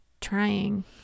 trying